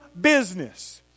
business